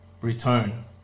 return